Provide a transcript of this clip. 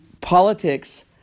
politics